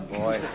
boy